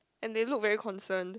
and they look very concerned